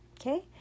okay